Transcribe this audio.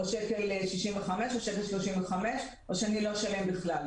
או 1.65 או 1.35 או שלא אשלם בכלל.